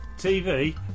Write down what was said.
TV